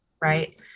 right